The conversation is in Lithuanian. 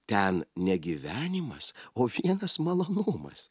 ten ne gyvenimas o vienas malonumas